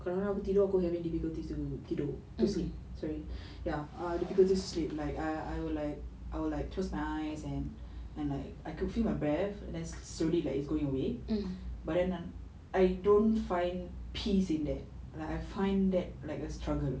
kadang-kadang aku tidur aku having difficulties to tidur to sleep sorry ya err difficulty to sleep like I would like I would like close my eyes and and like I could feel my breath less slowly like its going away but then I don't find peace in there like I find that like a struggle